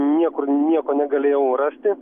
niekur nieko negalėjau rasti